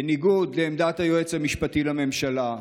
בניגוד לעמדת היועץ המשפטי לממשלה,